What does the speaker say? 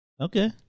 Okay